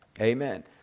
Amen